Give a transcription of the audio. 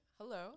hello